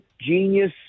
genius